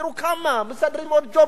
תראו כמה, מסדרים עוד ג'ובים,